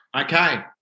Okay